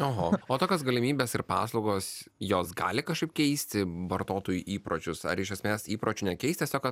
oho o tokios galimybės ir paslaugos jos gali kažkaip keisti vartotojų įpročius ar iš esmės įpročių nekeis tiesiog